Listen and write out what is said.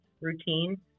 routine